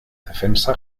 defensa